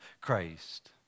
Christ